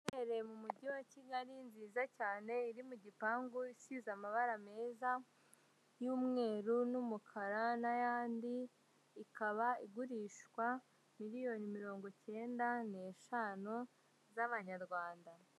Inzu iherereye mu Mujyi wa Kigali, nziza cyane, iri mu gipangu, isize amabara meza, y'umweru n'umukara n'ayandi, ikaba igurishwa miliyoni mirongo icyenda n'eshanu z'amanyarwanda.